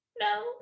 No